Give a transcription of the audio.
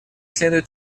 следует